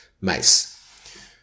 mice